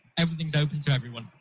everything's open to everyone.